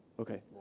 Okay